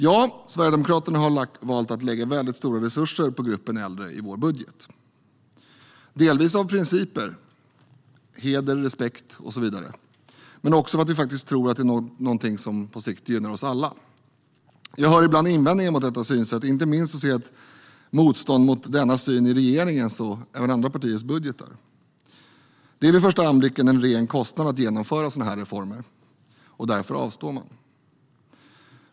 Ja, vi i Sverigedemokraterna har valt att lägga väldigt stora resurser på gruppen äldre i vår budget. Det handlar om principer - heder, respekt och så vidare - men också om att vi faktiskt tror att det är någonting som på sikt gynnar oss alla. Jag hör ibland invändningar mot detta synsätt. Inte minst ser jag ett motstånd mot detta synsätt i regeringens och även andra partiers budgetar. Det är vid första anblicken en ren kostnad att genomföra sådana här reformer. Därför avstår man.